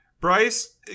Bryce